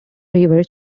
river